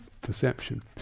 perception